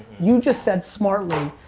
you've just said, smartly,